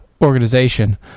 organization